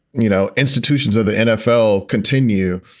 you know, institutions of the nfl continue,